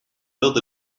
build